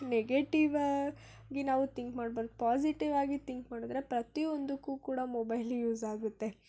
ನೆಗೆಟಿವಾಗಿ ನಾವು ಥಿಂಕ್ ಮಾಡಬಾರ್ದು ಪಾಸಿಟಿವಾಗಿ ಥಿಂಕ್ ಮಾಡಿದ್ರೆ ಪ್ರತಿಯೊಂದಕ್ಕೂ ಕೂಡ ಮೊಬೈಲು ಯೂಸ್ ಆಗುತ್ತೆ